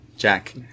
Jack